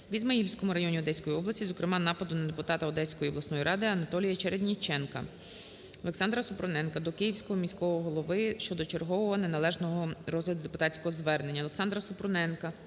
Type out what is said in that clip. в Ізмаїльському районі Одеської області, зокрема, нападу на депутата Одеської обласної ради АнатоліяЧередніченка. ОлександраСупруненка до Київського міського голови щодо чергового неналежного розгляду депутатського звернення.